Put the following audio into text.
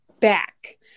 back